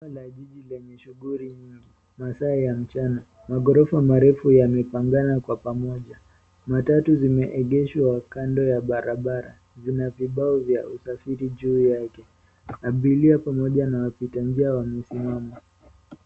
jiji lenye shughuli nyingi wakati wa mchana magorofa marefu yamepangana kwa pamoja, matatu zimeegeshwa kando ya barabara vina ubao vya usafiri juu yake abiria pamoja na wapita njia wamesimama.